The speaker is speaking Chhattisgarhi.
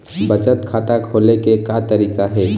बचत खाता खोले के का तरीका हे?